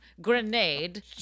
grenade